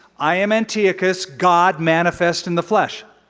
i am antiochus, god manifest in the flesh.